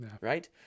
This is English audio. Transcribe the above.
Right